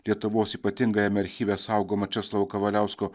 lietuvos ypatingajame archyve saugoma česlovo kavaliausko